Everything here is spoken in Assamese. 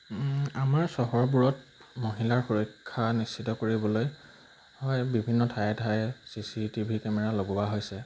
আমাৰ চহৰবোৰত মহিলাৰ সুৰক্ষা নিশ্চিত কৰিবলৈ হয় বিভিন্ন ঠায়ে ঠায়ে C C T V camera লগোৱা হৈছে